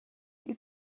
you